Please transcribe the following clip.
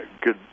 good